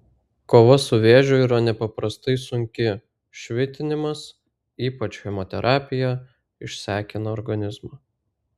kova su vėžiu yra nepaprastai sunki švitinimas ypač chemoterapija išsekina organizmą